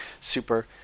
Super